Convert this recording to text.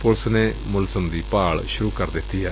police ਨੇਂ ਮੁਲਜਮ ਦੀ ਭਾਲ ਸੁਰੂ ਕਰ ਦਿੱਤੀ ਏ